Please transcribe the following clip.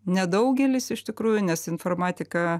nedaugelis iš tikrųjų nes informatika